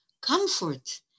comfort